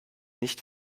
nicht